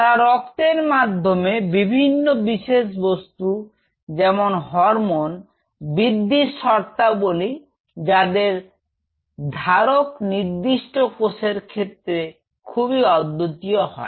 তারা রক্তের মাধ্যমে বিভিন্ন বিশেষ বস্তু যেমন হরমোন বৃদ্ধির শর্তাবলী যাদের ধারক নির্দিষ্ট কোষের ক্ষেত্রে খুবই অদ্বিতীয় হয়